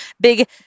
big